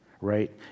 right